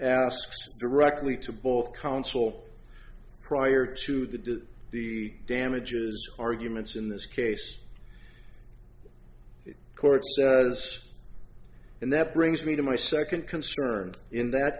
asks directly to both counsel prior to the the damages arguments in this case the court does and that brings me to my second concern in that